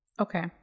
Okay